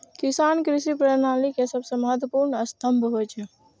किसान कृषि प्रणाली के सबसं महत्वपूर्ण स्तंभ होइ छै